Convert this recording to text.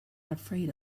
afraid